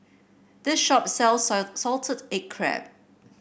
this shop sells a Salted Egg Crab